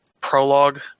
prologue